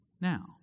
now